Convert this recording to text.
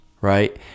right